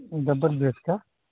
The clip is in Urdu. زبردست سا